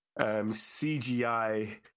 CGI